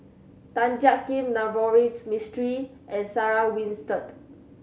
Tan Jiak Kim Navroji Mistri and Sarah Winstedt